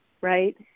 right